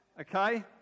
okay